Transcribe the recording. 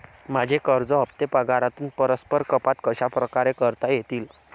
माझे कर्ज हफ्ते पगारातून परस्पर कपात कशाप्रकारे करता येतील?